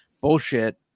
bullshit